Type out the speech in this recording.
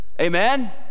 amen